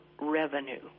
Revenue